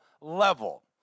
level